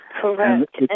Correct